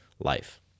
life